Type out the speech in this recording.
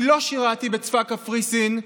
אני לא שירתי בצבא קפריסין,